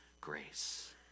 grace